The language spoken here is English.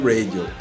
Radio